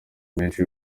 menshi